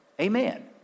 Amen